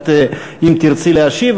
אם תרצי להשיב,